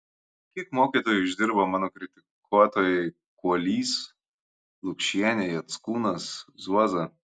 kiek mokytoju išdirbo mano kritikuotojai kuolys lukšienė jackūnas zuoza